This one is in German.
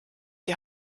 die